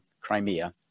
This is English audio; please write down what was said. Crimea